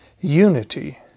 unity